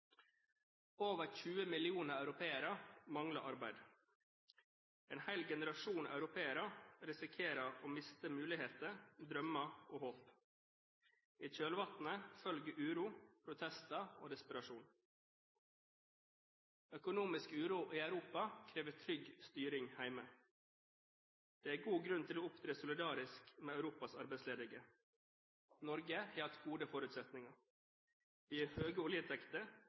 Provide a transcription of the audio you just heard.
Over 20 millioner europeere mangler arbeid. En hel generasjon europeere risikerer å miste muligheter, drømmer og håp. I kjølvannet følger uro, protester og desperasjon. Økonomisk uro i Europa krever trygg styring hjemme. Det er god grunn til å opptre solidarisk med Europas arbeidsledige. Norge har hatt gode forutsetninger. Vi har høye oljeinntekter,